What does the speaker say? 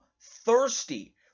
thirsty